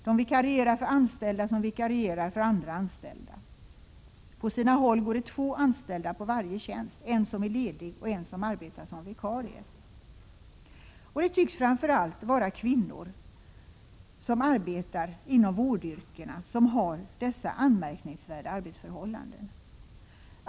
De vikarierar för anställda som vikarierar för andra anställda. På sina håll går det två anställda på varje tjänst, en som är ledig och en som arbetar som vikarie. Det tycks framför allt vara kvinnor som arbetar i vårdyrken som har dessa anmärkningsvärda arbetsförhållanden.